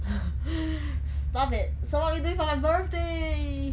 stop it so what we doing for my birthday